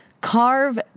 Carve